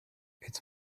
its